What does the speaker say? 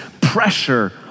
pressure